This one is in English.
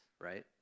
right